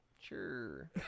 Sure